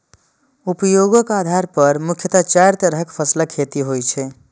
उपयोगक आधार पर मुख्यतः चारि तरहक फसलक खेती होइ छै